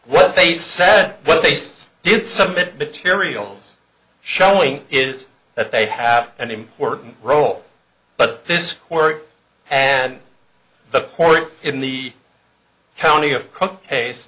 what they said what they student summit materials showing is that they have an important role but this court and the court in the county of cook case